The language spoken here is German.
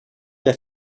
der